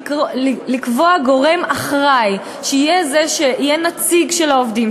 לקבוע גורם אחראי שיהיה זה שיהיה נציג של העובדים,